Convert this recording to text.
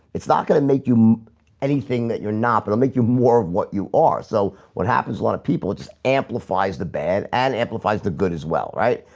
it's not gonna make you anything that you're not it'll but make you more of what you are so what happens a lot of people just amplifies the bad and amplifies the good as well, right?